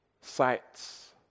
sights